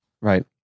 Right